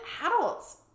adults